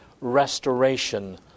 restoration